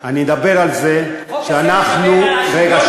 אני אדבר על זה שאנחנו, החוק